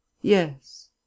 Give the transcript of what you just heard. Yes